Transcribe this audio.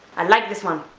i like this one!